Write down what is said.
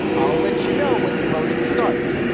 i'll let you know when the voting starts.